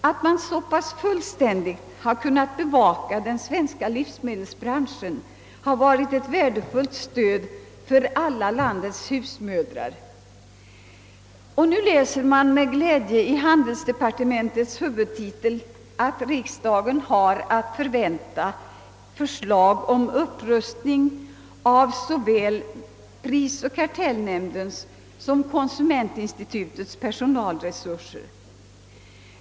Att man så väl har kunnat bevaka den svenska livsmedelsbranschen har varit ett värdefullt stöd för alla landets husmödrar. Nu läser man med glädje i handelsdepartementets huvudtitel, att riksdagen har att förvänta förslag om en upprustning av såväl prisoch kartellnämnden som konsumentinstitutets personalresurser.